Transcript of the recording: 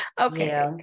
Okay